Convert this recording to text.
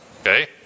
Okay